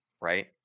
right